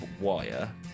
wire